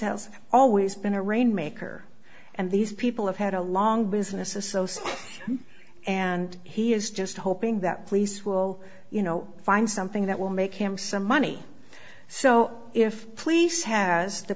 has always been a rainmaker and these people have had a long business associate and he is just hoping that police will you know find something that will make him some money so if police has the